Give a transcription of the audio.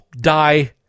die